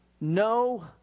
no